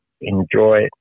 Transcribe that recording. enjoy